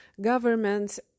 governments